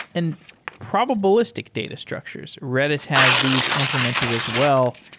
and probabilistic data structures, redis has these implemented as well.